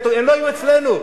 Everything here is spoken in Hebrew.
הם לא ישבו אצלנו.